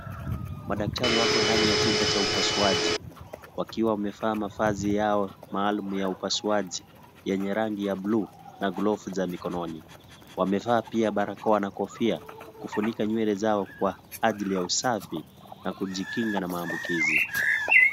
Madaktari wako ndani ya chumba cha upasuwaji. Wakiwa umefaa mafazi yao maalumi ya upasuwaji, yenyerangi ya blue na glovu za mikononi. Umefaa apia barakoha na kofia, kufunika nyuele zao kwa ajli ya usafi na kujikinga na mabukizi.